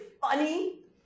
funny